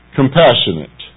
compassionate